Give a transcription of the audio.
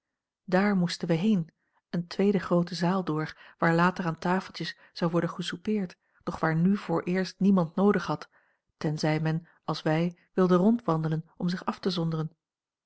dààr moesten we heen eene tweede groote zaal door waar later aan tafeltjes zou worden gesoupeerd doch waar nu vooreerst niemand noodig had tenzij men als wij wilde rondwandelen om zich af te zonderen